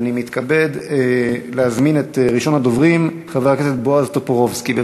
הצעות לסדר-היום מס' 3355, 3357 ו-3365